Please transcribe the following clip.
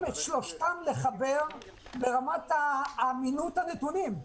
את שלושתם לחבר ברמת אמינות הנתונים,